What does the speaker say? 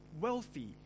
wealthy